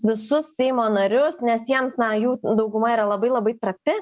visus seimo narius nes jiems na jų dauguma yra labai labai trapi